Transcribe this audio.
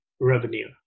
revenue